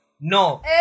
No